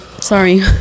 Sorry